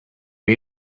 way